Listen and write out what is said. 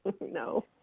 No